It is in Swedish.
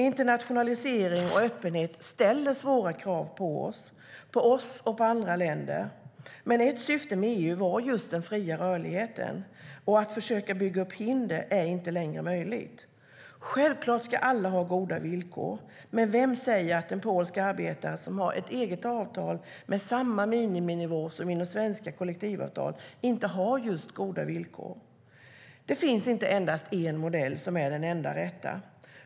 Internationalisering och öppenhet ställer svåra krav, på oss och på andra länder. Men ett syfte med EU var just den fria rörligheten. Att försöka bygga upp hinder är inte längre möjligt. Självklart ska alla ha goda villkor, men vem säger att en polsk arbetare som har ett eget avtal med samma miniminivå som svenska kollektivavtal inte har goda villkor? Det finns inte endast en modell som är den enda rätta.